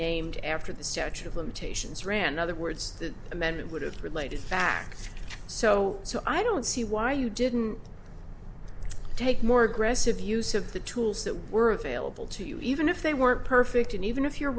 named after the statute of limitations ran other words the amendment would have related back so so i don't see why you didn't take more aggressive use of the tools that were available to you even if they weren't perfect and even if you're